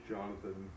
Jonathan